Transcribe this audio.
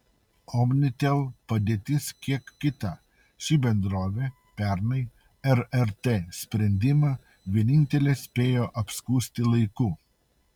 omnitel padėtis kiek kita ši bendrovė pernai rrt sprendimą vienintelė spėjo apskųsti laiku